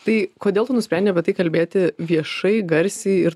tai kodėl tu nusprendei apie tai kalbėti viešai garsiai ir